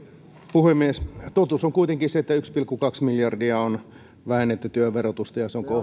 puhemies totuus on kuitenkin se että yksi pilkku kaksi miljardia on vähennetty työn verotusta ja se on